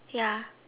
ya